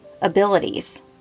abilities